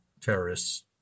Terrorists